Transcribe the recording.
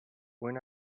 when